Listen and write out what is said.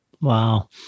Wow